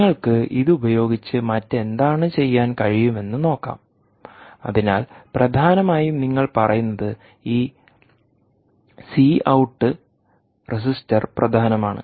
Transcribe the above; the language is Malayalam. നിങ്ങൾക്ക് ഇത് ഉപയോഗിച്ച് മറ്റെന്താണ് ചെയ്യാൻ കഴിയുമെന്ന് നോക്കാം അതിനാൽ പ്രധാനമായും നിങ്ങൾ പറയുന്നത് ഈ സി ഔട്ട് റെസിസ്റ്റർ പ്രധാനമാണ്